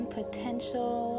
potential